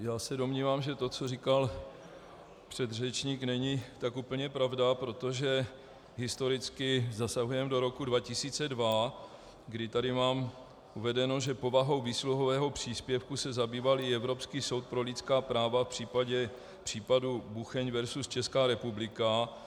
Já se domnívám, že to, co říkal předřečník, není tak úplně pravda, protože historicky zasahujeme do roku 2002, kdy tady mám uvedeno, že povahou výsluhového příspěvku se zabýval i Evropský soud pro lidská práva v případě Bucheň versus Česká republika.